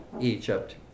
Egypt